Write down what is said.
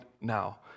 now